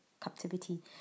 captivity